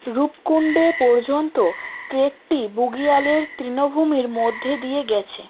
রূপকুণ্ড পর্যন্ত ট্রেকটি বুগিয়ালের তৃণভূমির মধ্যে দিয়ে গিয়েছে